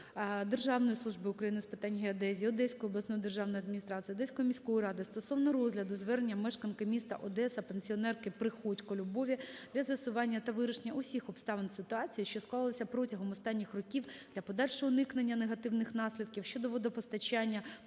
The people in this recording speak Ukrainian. Державної служби України з питань геодезії, Одеської обласної державної адміністрації, Одеської міської ради стосовно розгляду звернення мешканки міста Одеса, пенсіонерки Приходько Любові для з'ясування та вирішення усіх обставин ситуації, що склалася протягом останніх років для подальшого уникнення негативних наслідків щодо водопостачання